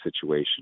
situation